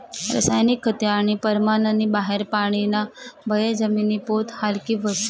रासायनिक खते आणि परमाननी बाहेर पानीना बये जमिनी पोत हालकी व्हस